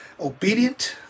obedient